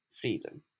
freedom